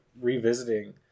revisiting